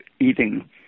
eating